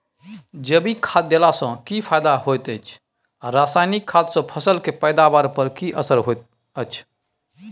जैविक खाद देला सॅ की फायदा होयत अछि आ रसायनिक खाद सॅ फसल के पैदावार पर की असर होयत अछि?